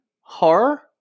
horror